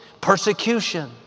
persecution